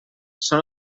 són